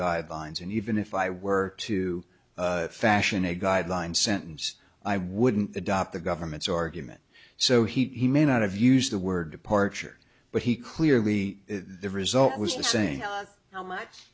guidelines and even if i were to fashion a guideline sentence i wouldn't adopt the government's argument so he may not have used the word departure but he clearly there result was the saying how much